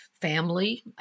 family